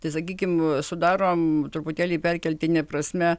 tai sakykim sudarom truputėlį perkeltine prasme